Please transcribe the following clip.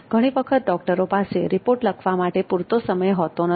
ઘણી વખત ડોક્ટરો પાસે રિપોર્ટ લખવા માટે પૂરતો સમય હોતો નથી